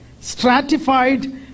stratified